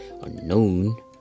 unknown